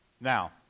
now